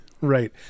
Right